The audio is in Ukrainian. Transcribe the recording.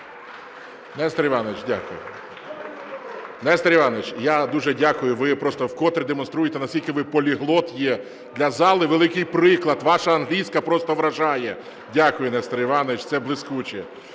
Нестор Іванович, дякую. Нестор Іванович, я дуже дякую, ви просто вкотре демонструєте, наскільки ви поліглот є, для зали великий приклад, ваша англійська просто вражає. Дякую, Нестор Іванович, це блискуче.